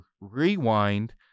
rewind